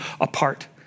apart